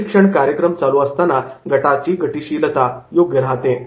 प्रशिक्षण कार्यक्रम चालू असताना गटाची गतिशीलता योग्य राहते